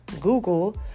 Google